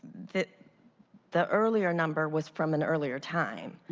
the the earlier number was from an earlier time.